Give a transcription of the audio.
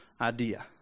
idea